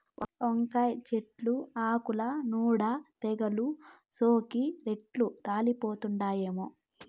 వంకాయ చెట్లు ఆకుల నూడ తెగలు సోకి ఎట్లా పాలిపోతండామో